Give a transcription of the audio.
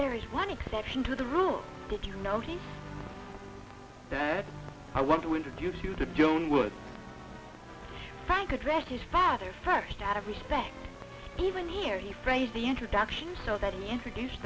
there is one exception to the rule that you know that i want to introduce you to joan would thank addressed his father first out of respect even here he phrased the introduction so that he introduced